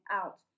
out